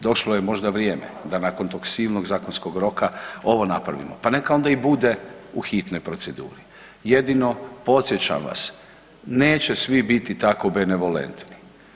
Došlo je možda vrijeme da nakon tog silnog zakonskog roka ovo napravimo pa neka onda i bude u hitnoj proceduri, jedino podsjećam vas, neće svi biti tako benevolentni.